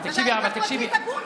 ואתה היית פרקליט הגון.